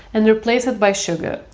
and replace it by sugar,